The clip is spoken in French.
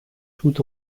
tout